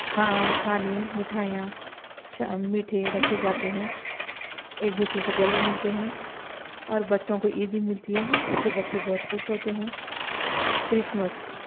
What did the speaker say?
کھا کھانے مٹھائیاں میٹھے رکھے جاتے ہیں ایک دوسرے سے گلے ملتے ہیں اور بچوں کو عیدی ملتی ہے جس سے بچے بہت خوش ہوتے ہیں کرسمس